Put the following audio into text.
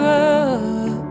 up